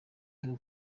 duka